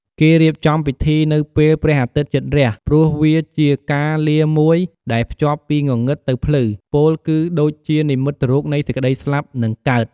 គេរៀបកិច្ចពិធីនៅពេលព្រះអាទិត្យជិតរះ ព្រោះវាជាការលាមួយដែលភ្ជាប់ពីងងឹតទៅភ្លឺ ពោលគឺដូចជានិមិត្តរូបនៃ សេចក្តីស្លាប់ និងកើត។